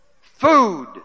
food